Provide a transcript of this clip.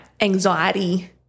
anxiety